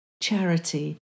charity